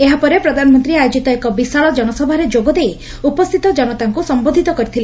ଏହାପରେ ପ୍ରଧାନମନ୍ତୀ ଆୟୋଜିତ ଏକ ବିଶାଳ ଜନସଭାରେ ଯୋଗଦେଇ ଉପସ୍ଥିତ ଜନତାଙ୍କୁ ସମ୍ଭୋଧୂତ କରିଥିଲେ